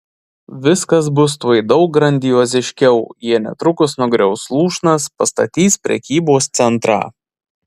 viskas bus tuoj daug grandioziškiau jie netrukus nugriaus lūšnas pastatys prekybos centrą